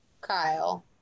Kyle